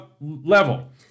level